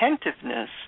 attentiveness